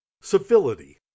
civility